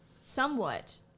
somewhat